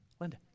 Linda